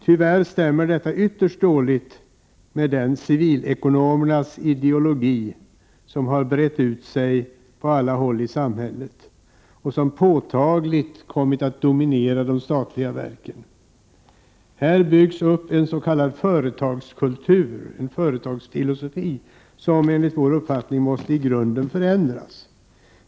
Tyvärr stämmer detta ytterst dåligt med den civilekonomernas ideologi som har brett ut sig på alla håll i samhället och som påtagligt kommit att dominera de statliga verken. Det har byggts upp en s.k. företagskultur, en företagsfilosofi, som enligt vår uppfattning måste i grunden förändras.